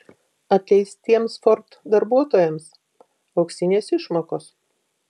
atleistiems ford darbuotojams auksinės išmokos